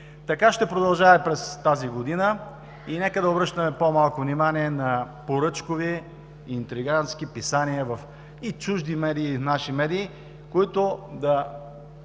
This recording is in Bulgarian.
Така ще продължава и през тази година и нека да обръщаме по-малко внимание на поръчкови, интригантски писания и в чужди, и в наши медии, които да